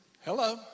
Hello